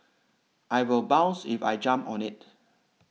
I will bounce if I jump on it